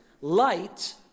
light